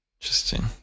Interesting